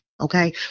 okay